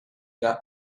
got